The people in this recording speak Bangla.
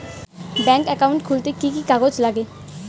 ব্যাঙ্ক একাউন্ট খুলতে কি কি কাগজ লাগে?